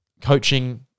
Coaching